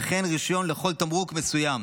וכן רישיון לכל תמרוק מסוים.